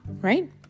right